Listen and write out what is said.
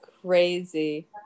crazy